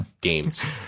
games